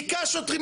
היכה שוטרים,